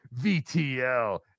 VTL